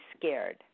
scared